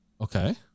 okay